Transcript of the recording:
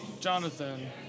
Jonathan